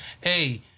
hey